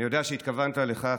אני יודע שהתכוונת לכך,